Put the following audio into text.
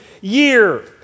year